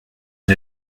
une